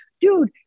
dude